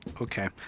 okay